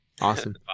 Awesome